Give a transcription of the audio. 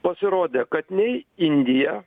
pasirodė kad nei indija